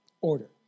order